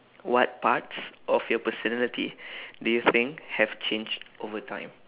what parts of your personality do you think have changed over time